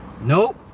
Nope